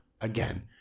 again